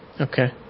Okay